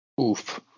oof